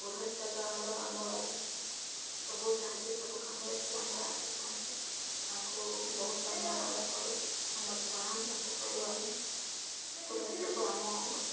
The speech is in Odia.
ପୁରୋହିତ ତ ଆମର ଆମ ସବୁ ସାହାଯ୍ୟ ସବୁ କାମରେ ସିଏ ଆମର ଆସିଥାନ୍ତି ତାଙ୍କୁ ବହୁତ ସମ୍ମାନ ଆମେ କରୁ ଆମର ପ୍ରଣାମ ତାଙ୍କୁ କରୁ ଆମେ ପୁରୋହିତକୁ ଆମ